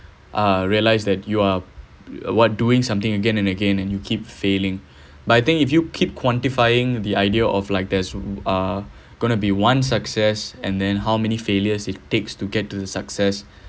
uh realize that you are what doing something again and again and you keep failing but I think if you keep quantifying the idea of like there's uh gonna be one success and then how many failures it takes to get to the success